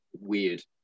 weird